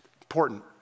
important